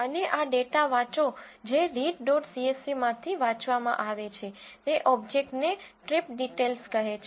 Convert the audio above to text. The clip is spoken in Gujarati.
અને આ ડેટા વાંચો જે રીડ ડોટ સીએસવીમાંથી વાંચવામાં આવે છે તે ઓબ્જેક્ટ ને ટ્રિપ ડિટેલ્સ કહે છે